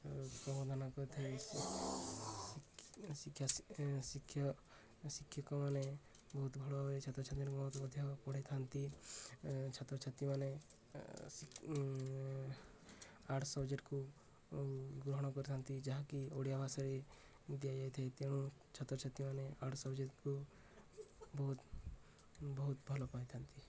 କରିଥାଏ ଶିକ୍ଷା ଶିକ୍ଷକମାନେ ବହୁତ ଭଳ ଭାବରେ ଛାତ୍ରଛାତ୍ରୀମାନଙ୍କ ମଧ୍ୟ ପଢ଼େଇଥାନ୍ତି ଛାତ୍ରଛାତ୍ରୀମାନେ ଆର୍ଟସ୍ ସବଜେକ୍ଟକୁ ଗ୍ରହଣ କରିଥାନ୍ତି ଯାହାକି ଓଡ଼ିଆ ଭାଷାରେ ଦିଆଯାଇଥାଏ ତେଣୁ ଛାତ୍ରଛାତ୍ରୀମାନେ ଆର୍ଟସ୍ ସବଜେକ୍ଟକୁ ବହୁତ ବହୁତ ଭଲ ପାଇଥାନ୍ତି